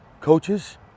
coaches